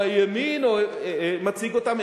או הימין מציג אותם,